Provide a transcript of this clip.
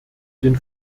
den